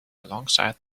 alongside